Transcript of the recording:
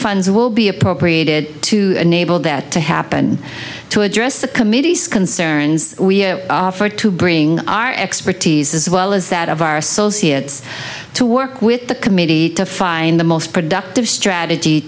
funds will be appropriated to enable that to happen to address the committee's concerns we offer to bring our expertise as well as that of our associates to work with the committee to find the most productive strategy